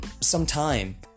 sometime